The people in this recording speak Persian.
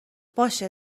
باشه